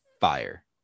fire